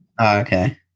Okay